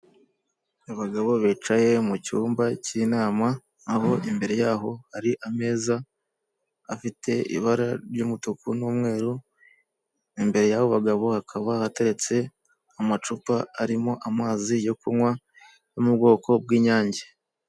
Abagabo bicaye mu cyumba k'inama aho imbere yaho hari ameza afite ibara ry'umutuku n'umweru, imbere y'abo bagabo hakaba hateretse amacupa arimo amazi yo kunywa yo mu bwoko bw'inyange.